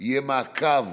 יהיה מעקב